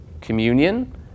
communion